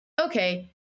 okay